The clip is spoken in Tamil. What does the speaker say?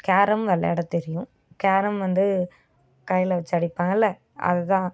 கேரம் விளையாடத் தெரியும் கேரம் வந்து கையில் வச்சி அடிப்பாங்கள்ல அது தான்